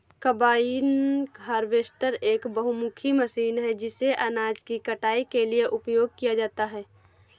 combine harvester एक बहुमुखी machine है जिसे अनाज की कटाई के लिए उपयोग किया जाता है